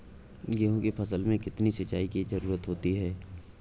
गेहूँ की फसल में कितनी सिंचाई की जरूरत होती है?